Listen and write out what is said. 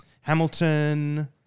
Hamilton